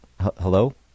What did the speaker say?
Hello